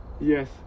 Yes